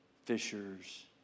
Fishers